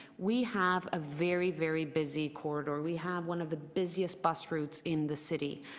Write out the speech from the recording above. we have a very, very busy corridor. we have one of the busiest bus routes in the city.